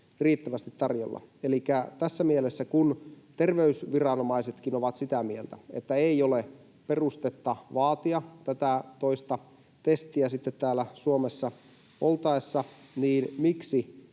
riittävästi tarjolla. Elikkä tässä mielessä, kun terveysviranomaisetkin ovat sitä mieltä, että ei ole perustetta vaatia tätä toista testiä täällä Suomessa oltaessa, miksi